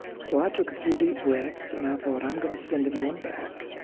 so i took a few deep breaths and i thought, i'm going to send him one back.